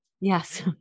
Yes